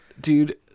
dude